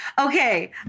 okay